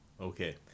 Okay